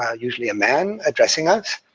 ah usually a man, addressing us,